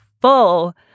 full